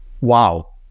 wow